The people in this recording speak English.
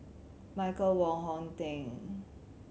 Michael Wong Hong Teng